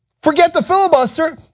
forget the filibuster,